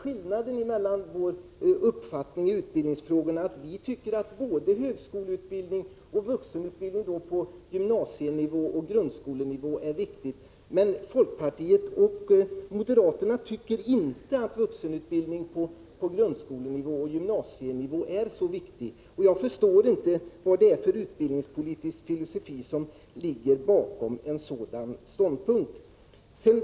Skillnaden mellan våra uppfattningar i utbildningsfrågorna är att vi för vår del tycker att vuxenutbildningen är viktig både som högskoleutbildning och som utbildning på gymnasieoch grundskolenivå, medan folkpartiet och moderaterna inte tycker att vuxenutbildningen på grundskoleoch gymnasienivå är så viktig. Jag förstår inte vad det är för utbildningspolitisk filosofi som ligger bakom en sådan ståndpunkt.